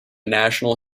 national